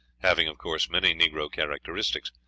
having, of course, many negro characteristics,